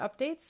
updates